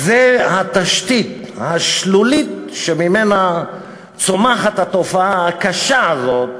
זה התשתית, השלולית שממנה צומחת התופעה הקשה הזאת,